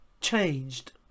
changed